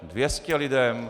Dvě stě lidem?